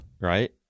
Right